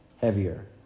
heavier